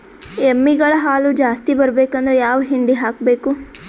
ಎಮ್ಮಿ ಗಳ ಹಾಲು ಜಾಸ್ತಿ ಬರಬೇಕಂದ್ರ ಯಾವ ಹಿಂಡಿ ಹಾಕಬೇಕು?